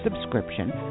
subscription